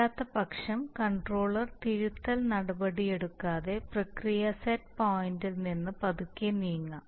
അല്ലാത്തപക്ഷം കൺട്രോളർ തിരുത്തൽ നടപടിയെടുക്കാതെ പ്രക്രിയ സെറ്റ് പോയിന്റിൽ നിന്ന് പതുക്കെ നീങ്ങാം